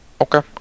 okay